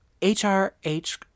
HRH